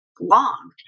long